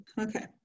Okay